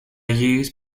used